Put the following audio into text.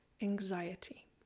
anxiety